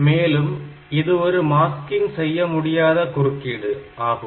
மேலும் இது ஒரு மாஸ்கிங் செய்யமுடியாத குறுக்கீடு ஆகும்